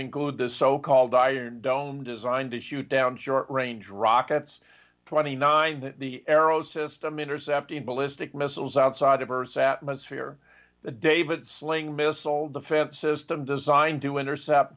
include the so called iron dome designed to shoot down short range rockets twenty nine the arrow system intercepting ballistic missiles outside of earth's atmosphere the david sling missile defense system designed to intercept